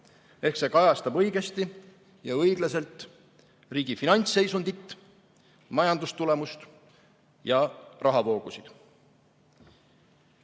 ehk see kajastab õigesti ja õiglaselt riigi finantsseisundit, majandustulemust ja